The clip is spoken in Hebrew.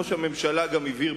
ראש הממשלה גם הבהיר,